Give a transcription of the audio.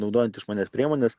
naudojant išmanias priemones